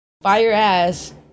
fire-ass